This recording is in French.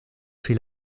fait